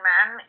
Man